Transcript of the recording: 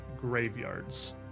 graveyards